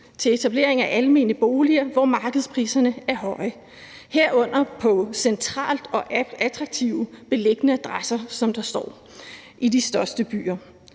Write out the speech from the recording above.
ved etablering af almene boliger, hvor markedspriserne er høje, herunder på centralt og attraktivt beliggende adresser, som der står, i de største byer.